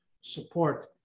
support